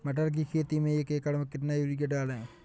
मटर की खेती में एक एकड़ में कितनी यूरिया डालें?